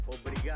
Obrigado